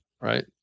right